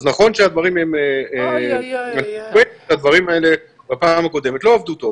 אז נכון שהדברים הם --- הדברים האלה בפעם הקודמת לא עבדו טוב,